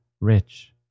rich